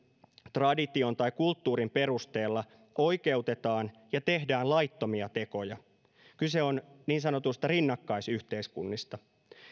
tradition tai kulttuurin perusteella oikeutetaan ja tehdään laittomia tekoja kyse on niin sanotuista rinnakkaisyhteiskunnista